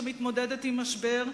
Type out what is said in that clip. שמתמודדת עם משבר,